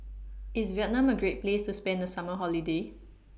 IS Vietnam A Great Place to spend The Summer Holiday